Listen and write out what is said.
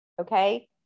okay